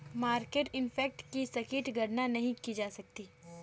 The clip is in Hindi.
मार्केट इम्पैक्ट की सटीक गणना नहीं की जा सकती